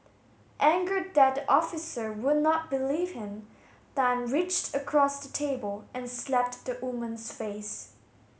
angered that the officer would not believe him Tan reached across the table and slapped the woman's face